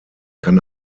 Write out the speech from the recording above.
kann